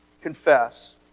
confess